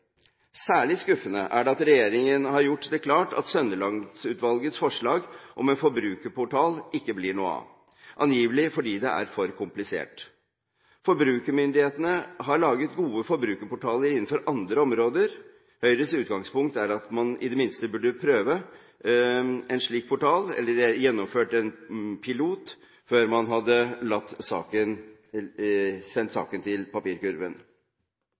Særlig skuffende er det at regjeringen har gjort det klart at Sønneland-utvalgets forslag om en forbrukerportal ikke blir noe av – angivelig fordi det er for komplisert. Forbrukermyndighetene har laget gode forbrukerportaler innenfor andre områder. Høyres utgangspunkt er at man i det minste burde ha prøvd en slik portal, eller gjennomført en pilot, før man hadde sendt saken til papirkurven.